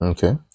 Okay